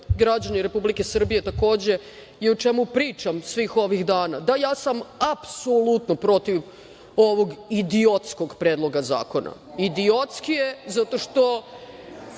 građani Republike Srbije, takođe, i o čemu pričam svih ovih dana, da, ja sam apsolutno protiv ovog idiotskog predloga zakona. Idiotski je zato što